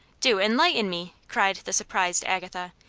do enlighten me! cried the surprised agatha.